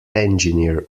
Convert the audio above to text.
engineer